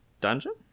dungeon